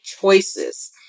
choices